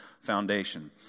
foundation